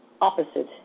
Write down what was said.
opposite